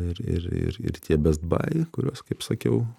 ir ir ir ir tie best bai kuriuos kaip sakiau